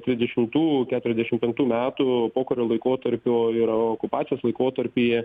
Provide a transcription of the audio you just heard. dvidešimtų keturiasdešim penktų metų pokario laikotarpiu ir okupacijos laikotarpyje